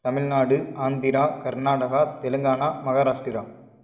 Tamil Nadu Andhra Karnataka Telangana Maharashtra